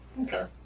Okay